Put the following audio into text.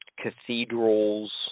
cathedrals